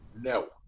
No